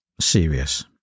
serious